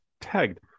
tagged